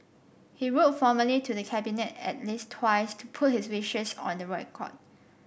he wrote formally to the Cabinet at least twice to put his wishes on the record